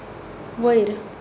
वयर